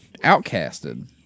outcasted